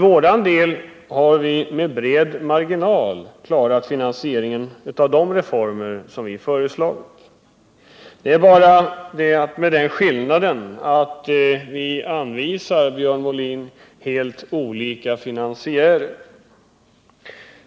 Vi har med bred marginal klarat finansieringen av de reformer som vi föreslagit. Skillnaden är att vi anvisar helt andra finansiärer.